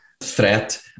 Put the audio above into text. threat